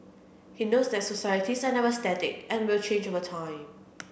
he notes that societies are never static and will change over time